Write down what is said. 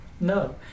No